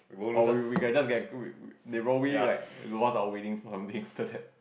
oh we we we could have just get they roll we like lost our winnings or something after that